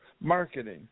marketing